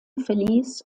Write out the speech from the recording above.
verließ